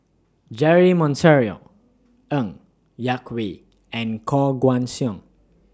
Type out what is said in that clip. Jeremy Monteiro Ng Yak Whee and Koh Guan Song